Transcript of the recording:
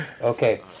Okay